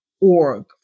org